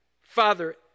Father